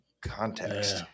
context